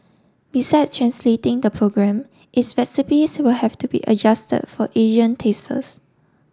besides translating the program its recipes will have to be adjusted for Asian tastes